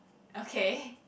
okay